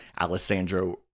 Alessandro